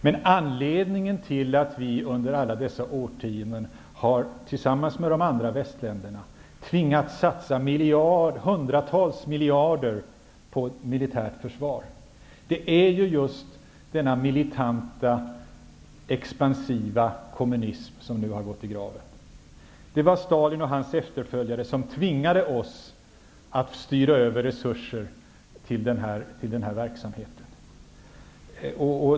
Men anledningen till att vi under alla dessa årtionden tillsammans med de andra västländerna har tvingats satsa hundratals miljarder kronor på ett militärt försvar är just den militanta expansiva kommunism som nu har gått i graven. Det var Stalin och hans efterföljare som tvingade oss att styra över resurser till denna verksamhet.